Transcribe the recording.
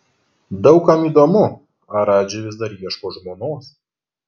daug kam įdomu ar radži vis dar ieško žmonos